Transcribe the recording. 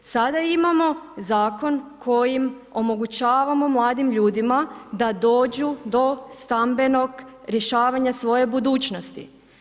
Sada imamo zakon kojim omogućavamo mladim ljudima da dođu do stambenog rješavanja svoje budućnosti.